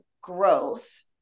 growth